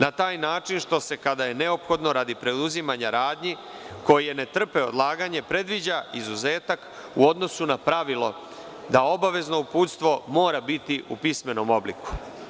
Na taj način, što se kada je neophodno radi preuzimanja radnji, koje ne trpe odlaganje, predviđa izuzetak u odnosu na pravilo da obavezno uputstvo mora biti u pismenom obliku.